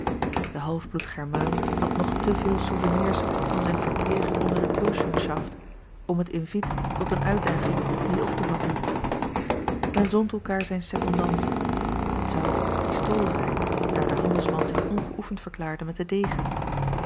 na de halfbloed germaan had nog te veel souvenirs van zijn verkeer onder de burschenschaft om het inviet tot eene uitdaging niet op te vatten men zond elkaar zijne secondanten het zou op het pistool zijn daar de handelsman zich ongeoefend verklaarde met den degen